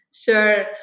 Sure